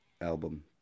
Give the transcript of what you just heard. album